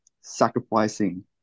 sacrificing